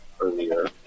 earlier